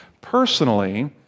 personally